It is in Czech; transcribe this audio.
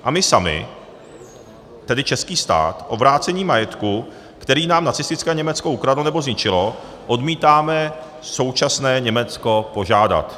A my sami, tedy český stát, o vrácení majetku, který nám nacistické Německo ukradlo nebo zničilo, odmítáme současné Německo požádat.